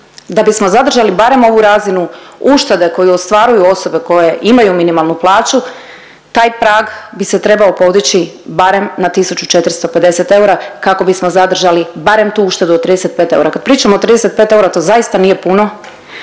Da bismo zadržali barem ovu razinu uštede koje ostvaruju osobe koje imaju minimalnu plaću, taj prag bi se trebao podići barem na 1.450 eura, kako bismo zadržali barem tu uštedu od 35 eura. Kad pričamo o 35 eura to zaista nije puno